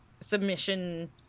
submission